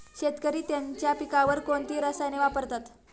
शेतकरी त्यांच्या पिकांवर कोणती रसायने वापरतात?